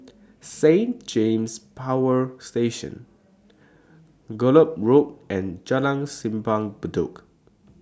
Saint James Power Station Gallop Road and Jalan Simpang Bedok